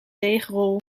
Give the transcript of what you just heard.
deegrol